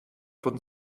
von